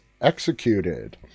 executed